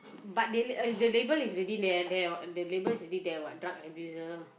but the l~ the label is already there there what that label is already there what drug abuser